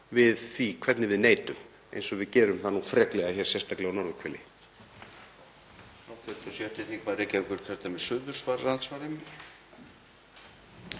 við því hvernig við neytum, eins og við gerum það nú freklega hér, sérstaklega á norðurhveli.